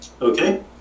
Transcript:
Okay